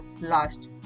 last